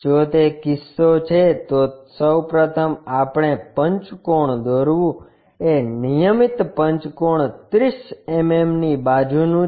જો તે કિસ્સો છે તો સૌ પ્રથમ આપણે પંચકોણ દોરવું એ નિયમિત પંચકોણ 30 મીમી બાજુ નું છે